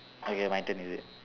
okay my turn is it